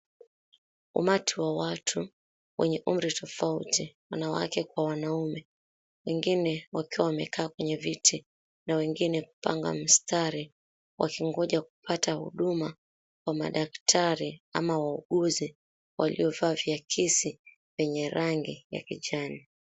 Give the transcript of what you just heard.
Umati wa watu, wenye umri tofauti, wanawake kwa wanaume. Wengine wakiwa wamekaa kwenye viti, na wengine kupanga mstari, waki𝑛goja kupata huduma kwa madaktari ama wauguzi waliovaa viakisi vyenye rangi ya kijani.